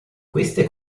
queste